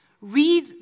Read